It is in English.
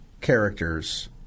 characters